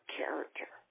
character